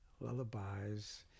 Lullabies